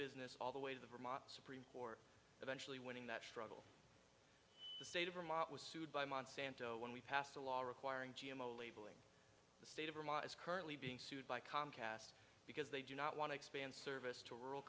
business all the way to the vermont supreme eventually winning that struggle the state of vermont was sued by monsanto when we passed a law requiring g m o labeling the state of vermont is currently being sued by comcast because they do not want to expand service to rural